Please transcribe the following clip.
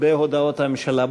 בהודעות הממשלה.